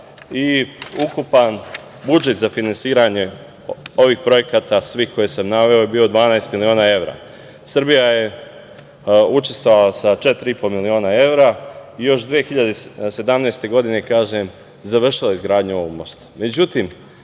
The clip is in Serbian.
i ukupan budžet za finansiranje ovih projekata, svih koje sam naveo, bio je 12 miliona evra. Srbija je učestvovala sa 4,5 miliona evra i još 2017. godine završila izgradnju ovog